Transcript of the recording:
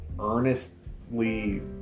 earnestly